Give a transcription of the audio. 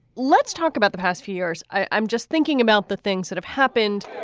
let's talk about the past few years. i'm just thinking about the things that have happened